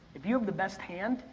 if you have the best hand,